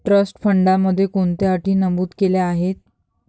Trust फंडामध्ये कोणत्या अटी नमूद केल्या आहेत?